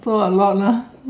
also a lot lah